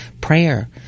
prayer